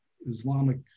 Islamic